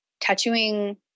tattooing